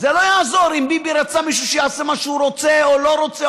זה לא יעזור אם ביבי רצה מישהו שיעשה מה שהוא רוצה או לא רוצה,